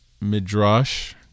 Midrash